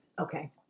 okay